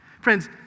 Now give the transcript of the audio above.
Friends